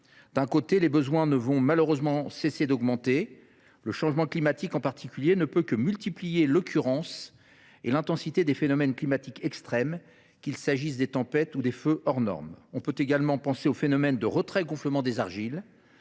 D’un côté, les besoins ne vont malheureusement pas cesser d’augmenter. Le changement climatique, en particulier, ne peut que multiplier l’occurrence et l’intensité des phénomènes climatiques extrêmes, qu’il s’agisse des tempêtes ou des feux hors norme. On peut également penser au phénomène de retrait gonflement des argiles,